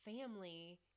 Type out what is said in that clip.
family